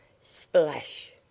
SPLASH